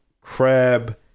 crab